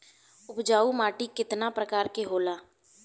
उपजाऊ माटी केतना प्रकार के होला?